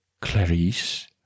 Clarice